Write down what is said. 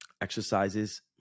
exercises